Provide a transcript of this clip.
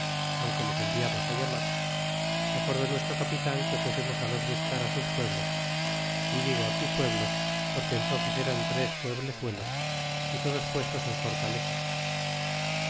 aunque les enviamos llamar acordó nuestro capitan que fuésemos los buscar sus pueblos y digo aquí pueblos porque entónces eran tres pueblezuelos y todos puestos en fortalezas